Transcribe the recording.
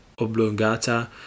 oblongata